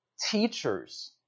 teachers